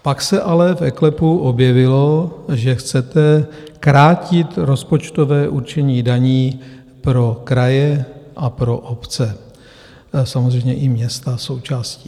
Pak se ale v eKLEPu objevilo, že chcete krátit rozpočtové určení daní pro kraje a pro obce, samozřejmě i města součástí.